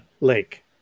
lake